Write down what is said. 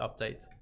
update